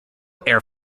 air